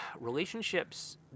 relationships